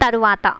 తరువాత